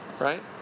Right